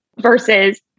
versus